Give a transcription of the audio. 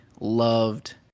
loved